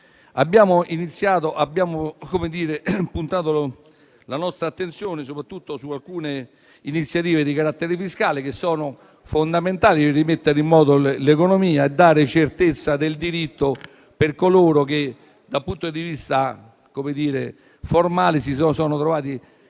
Abbiamo puntato la nostra attenzione soprattutto su alcune iniziative di carattere fiscale che sono fondamentali per rimettere in moto l'economia e dare certezza del diritto a coloro che, dal punto di vista formale, si sono trovati